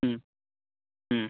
ह्म् ह्म्